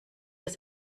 das